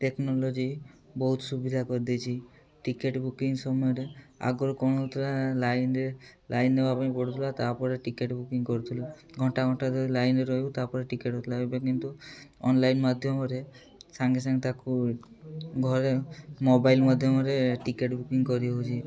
technology ବହୁତ ସୁବିଧା କରିଦେଇଛି ଟିକେଟ ବୁକିଂ ସମୟରେ ଆଗରୁ କ'ଣ ହଉଥିଲା ଲାଇନ୍ରେ ଲାଇନ ନେବା ପାଇଁ ପଡ଼ୁଥିଲା ତାପରେ ଟିକେଟ ବୁକିଂ କରୁଥିଲୁ ଘଣ୍ଟା ଘଣ୍ଟା ଯଦି ଲାଇନ୍ରେ ରହିବୁ ତାପରେ ଟିକେଟ୍ ହଉଥିଲା ଏବେ କିନ୍ତୁ ଅନଲାଇନ୍ ମାଧ୍ୟମରେ ସାଙ୍ଗେ ସାଙ୍ଗେ ତାକୁ ଘରେ ମୋବାଇଲ ମାଧ୍ୟମରେ ଟିକେଟ ବୁକିଂ କରିହେଉଛି